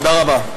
תודה רבה.